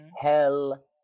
hell